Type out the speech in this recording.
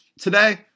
today